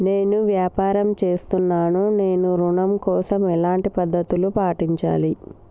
నేను వ్యాపారం చేస్తున్నాను నేను ఋణం కోసం ఎలాంటి పద్దతులు పాటించాలి?